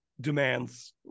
demands